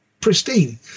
pristine